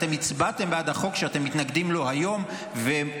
אתם הצבעתם בעד החוק שאתם מתנגדים לו היום ועולים